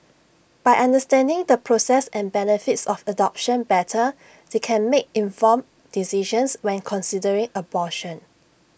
by understanding the process and benefits of adoption better they can make informed decisions when considering abortion